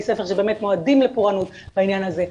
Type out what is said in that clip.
ספר שבאמת מועדים לפורענות בעניין הזה,